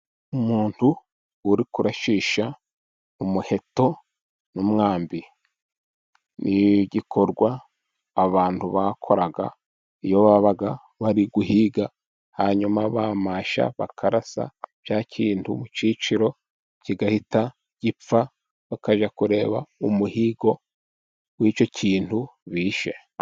Umuntu uri kurashisha umuheto n'umwambi. Ni igikorwa abantu bakoraga, iyo babaga bari guhiga. Hanyuma bamasha bakarasa cya kintu mu cyiciro kigahita gipfa, bakajya kureba umuhigo w'icyo kintu bishe.